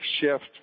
shift